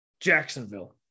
Jacksonville